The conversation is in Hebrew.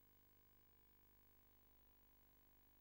עומס